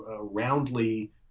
roundly